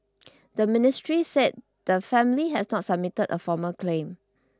the ministry said the family has not submitted a formal claim